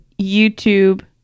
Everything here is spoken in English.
YouTube